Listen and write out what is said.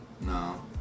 no